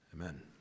Amen